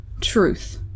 truth